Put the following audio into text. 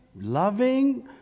loving